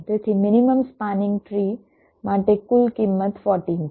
તેથી minimum spanning tree માટે કુલ કિંમત 14 છે